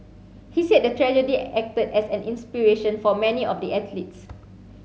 he said the tragedy acted as an inspiration for many of the athletes